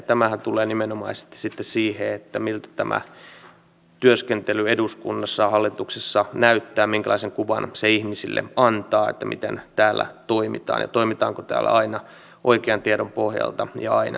tämähän liittyy nimenomaisesti sitten siihen miltä tämä työskentely eduskunnassa ja hallituksessa näyttää minkälaisen kuvan se ihmisille antaa siitä miten täällä toimitaan ja toimitaanko täällä aina oikean tiedon pohjalta ja aina avoimesti